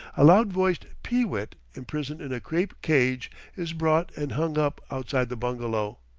a loud-voiced pee-wit imprisoned in a crape cage is brought and hung up outside the bungalow.